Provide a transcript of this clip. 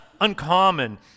uncommon